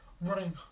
running